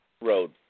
road